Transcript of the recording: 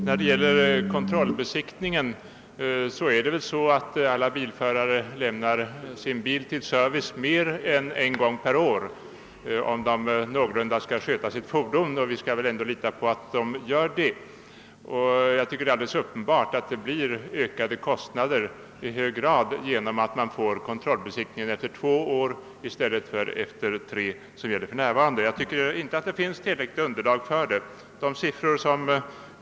Herr talman! Vi kan väl lita på att varje bilägare som vill någorlunda sköta sitt fordon lämnar bilen till service mer än en gång per år. Det är alldeles uppenbart att kostnaderna ökar i hög grad, om kontrollbesiktning skall utföras efter två år i stället för som nu efter tre år.